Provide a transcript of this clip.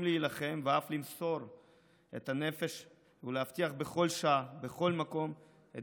להילחם ואף למסור את הנפש ולהבטיח בכל שעה ובכל מקום את